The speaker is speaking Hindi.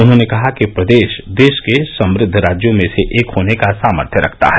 उन्होंने कहा कि प्रदेश देश के समृद्व राज्यों में से एक होने का सामर्थ्य रखता है